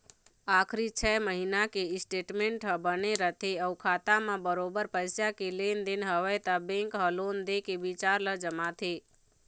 आखरी छै महिना के स्टेटमेंट ह बने रथे अउ खाता म बरोबर पइसा के लेन देन हवय त बेंक ह लोन दे के बिचार ल जमाथे